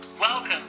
Welcome